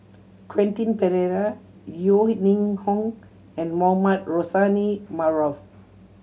Quentin Pereira Yeo Ning Hong and Mohamed Rozani Maarof